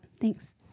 Thanks